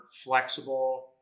flexible